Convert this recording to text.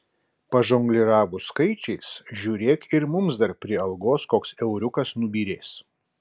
pažongliravus skaičiais žiūrėk ir mums dar prie algos koks euriukas nubyrės